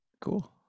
Cool